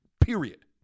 period